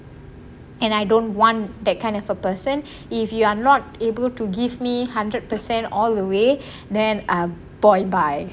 I don't want that kind of a person if you're not able to give me hundred percent all the way then um buoyed by